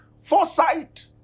foresight